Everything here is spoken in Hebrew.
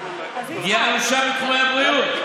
פגיעה אנושה בתחומי הבריאות,